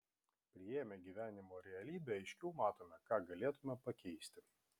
priėmę gyvenimo realybę aiškiau matome ką galėtumėme pakeisti